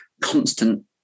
constant